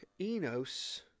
Enos